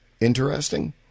interesting